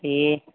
दे